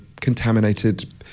contaminated